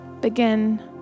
begin